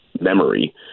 memory